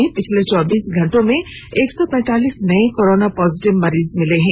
राज्य में पिछले चौबीस घंटे में एक सौ पैंतालीस नए कोरोना पॉजिटिव मरीज मिले हैं